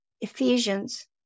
Ephesians